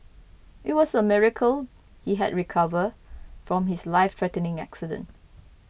it was a miracle he had recovered from his life threatening accident